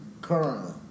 currently